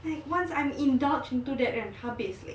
like once I'm indulge into that kan habis